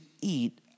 eat